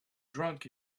drunk